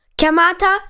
chiamata